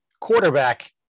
quarterback